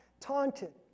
taunted